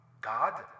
God